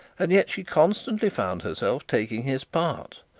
and yet she constantly found herself taking his part.